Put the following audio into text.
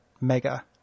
Mega